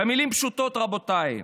במילים פשוטות, רבותיי,